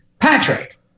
Patrick